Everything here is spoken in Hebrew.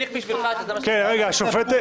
פינדרוס, מביך בשבילך שזה מה שאתה עושה.